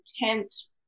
intense